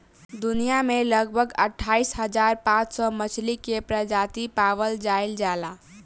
दुनिया में लगभग अठाईस हज़ार पांच सौ मछली के प्रजाति पावल जाइल जाला